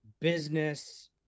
business